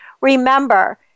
remember